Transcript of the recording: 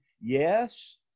yes